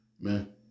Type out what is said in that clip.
man